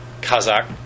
Kazakh